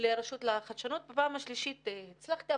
לרשות לחדשנות, בפעם השלישית הצלחתי.